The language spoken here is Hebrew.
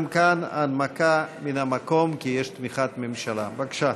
גם כאן הנמקה מן המקום, כי יש תמיכת ממשלה, בבקשה.